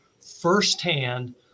firsthand